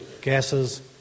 gases